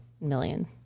million